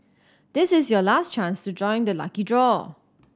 this is your last chance to join the lucky draw